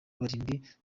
barindwi